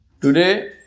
Today